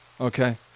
okay